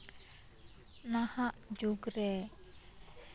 ᱱᱟᱦᱟᱜ ᱡᱩᱜᱽ ᱨᱮ